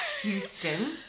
Houston